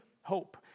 hope